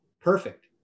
Perfect